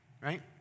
right